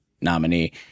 nominee